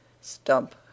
stump